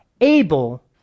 able